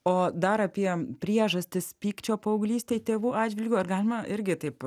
o dar apie priežastis pykčio paauglystėj tėvų atžvilgiu ar galima irgi taip